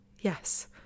yes